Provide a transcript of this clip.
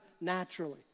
naturally